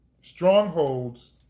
strongholds